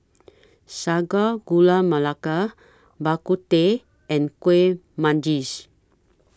Sago Gula Melaka Bak Kut Teh and Kuih Manggis